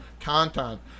content